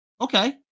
Okay